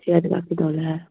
ঠিক আছে রাখছি তাহলে হ্যাঁ